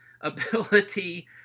ability